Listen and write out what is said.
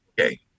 okay